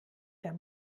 der